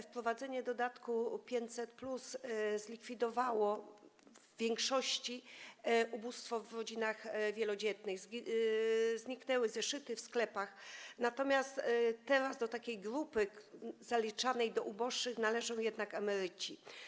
Wprowadzenie dodatku 500+ zlikwidowało w większości ubóstwo w rodzinach wielodzietnych, zniknęły zeszyty w sklepach, natomiast teraz do grupy zaliczanej do uboższych należą jednak emeryci.